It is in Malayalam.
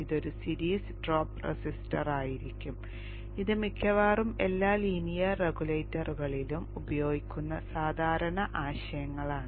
ഇതൊരു സീരീസ് ഡ്രോപ്പ് റെസിസ്റ്ററായിരിക്കും ഇത് മിക്കവാറും എല്ലാ ലീനിയർ റെഗുലേറ്ററുകളിലും ഉപയോഗിക്കുന്ന സാധാരണ ആശയങ്ങളാണ്